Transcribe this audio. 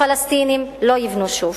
הפלסטינים לא יבנו שוב,